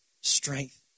strength